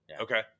okay